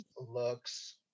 looks